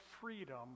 freedom